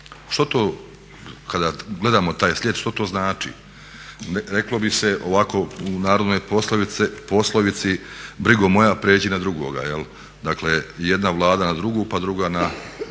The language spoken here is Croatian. Što to kada gledamo taj slijed što to znači? Reklo bi se ovako u narodnoj poslovici brigo moja prijeđi na drugoga. Dakle, jedna Vlada na drugu, pa druga na